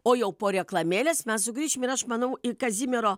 o jau po reklamėlės mes sugrįšim ir aš manau į kazimiero